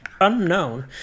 Unknown